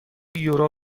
یورو